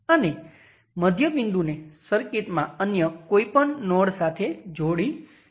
આ 2 kilo Ω × Ix છે